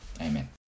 Amen